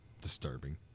disturbing